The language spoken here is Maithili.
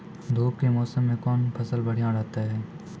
धूप के मौसम मे कौन फसल बढ़िया रहतै हैं?